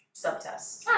subtest